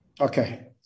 Okay